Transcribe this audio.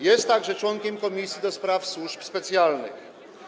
Jest także członkiem Komisji do Spraw Służb Specjalnych.